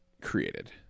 created